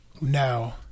Now